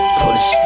push